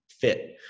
fit